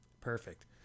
Perfect